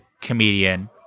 comedian